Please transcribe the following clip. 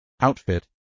outfit